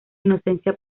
inocencia